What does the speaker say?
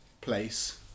place